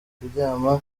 kuryama